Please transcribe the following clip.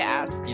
ask